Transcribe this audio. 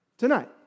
Tonight